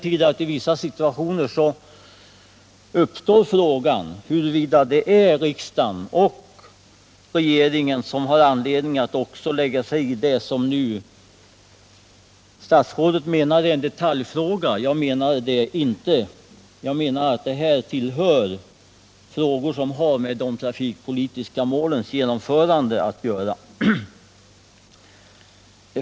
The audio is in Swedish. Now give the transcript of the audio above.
I vissa situationer uppstår emellertid frågan huruvida riksdagen och regeringen inte har anledning att lägga sig i också det som statsrådet nu anser vara en detaljfråga. Jag menar att den här frågan inte är en detalj, utan har med trafikpolitikens genomförande att göra.